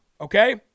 Okay